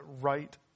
right